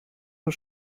nur